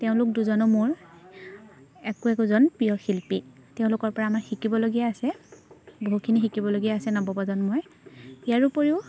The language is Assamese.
তেওঁলোক দুজনো মোৰ একো একোজন প্ৰিয় শিল্পী তেওঁলোকৰপৰা আমাৰ শিকিবলগীয়া আছে বহুখিনি শিকিবলগীয়া আছে নৱপ্ৰজন্মই ইয়াৰ উপৰিও